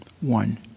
one